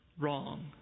wrong